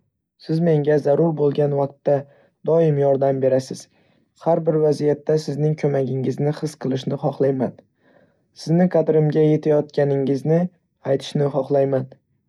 Siz menga zarur bo'lgan vaqtda doim yordam berasiz. Har bir vaziyatda sizning ko'magingizni his qilishni xohlayman. Sizni qadrimga yetayotganingizni aytishni xohlayman.